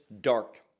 dark